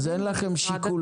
אז אין לכם שיקול